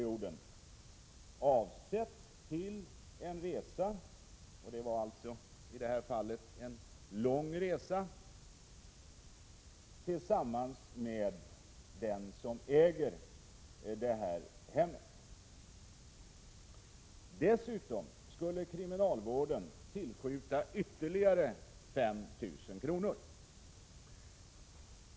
avsett för en resa — i detta fall en lång resa — tillsammans med den som äger hemmet. Dessutom skulle kriminalvården tillskjuta ytterligare 5 000 kr.